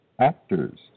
Actors